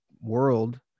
world